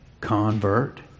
convert